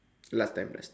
last time last time